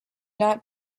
not